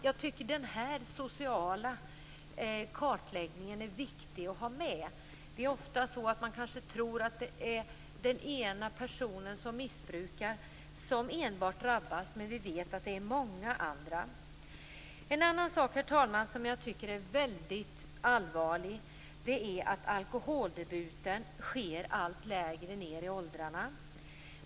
Jag tycker att den här sociala kartläggningen är viktig att ha med. Det är ofta så att man tror att det enbart är den person som missbrukar som drabbas. Men vi vet att det är många andra. En annan sak, herr talman, som jag tycker är väldigt allvarlig är att alkoholdebuten sker allt längre ned i åldrarna.